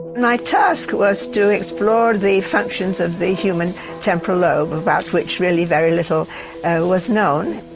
my task was to explore the functions of the human temporal lobe about which really very little was known.